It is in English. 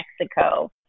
Mexico